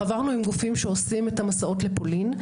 חברנו עם גופים שעושים את המסעות לפולין,